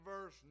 verse